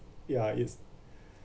ya it's